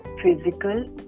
Physical